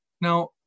Now